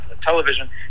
television